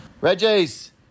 Reggie's